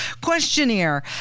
questionnaire